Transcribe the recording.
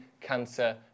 cancer